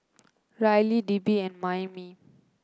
Rylie Debbi and Mayme